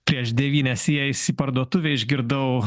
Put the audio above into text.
prieš devynias įėjus į parduotuvę išgirdau